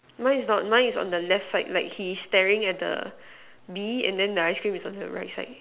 mine is not mine is on the left side like he's staring at the B and the ice cream is on her left side